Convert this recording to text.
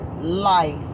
life